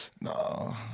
No